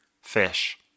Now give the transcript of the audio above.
fish